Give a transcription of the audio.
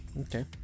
Okay